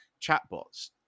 chatbots